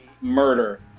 murder